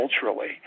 culturally